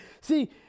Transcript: See